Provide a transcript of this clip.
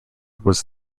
was